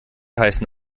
heißen